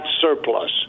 surplus